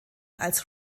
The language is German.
als